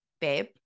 babe